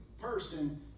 person